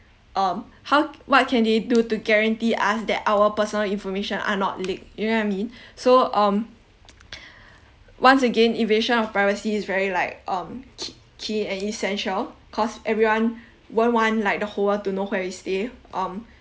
um how what can they do to guarantee us that our personal information are not leaked you know what I mean so um once again invasion of privacy is very like um ke~ key and essential cause everyone won't want like the whole world to know where we stay um